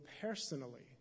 personally